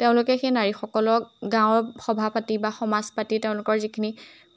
তেওঁলোকে সেই নাৰীসকলক গাঁৱৰ সভা পাতি বা সমাজ পাতি তেওঁলোকৰ যিখিনি